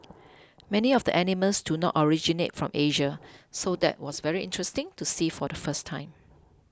many of the animals do not originate from Asia so that was very interesting to see for the first time